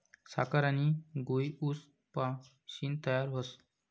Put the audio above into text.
साखर आनी गूय ऊस पाशीन तयार व्हस